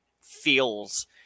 feels